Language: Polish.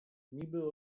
niby